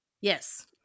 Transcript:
yes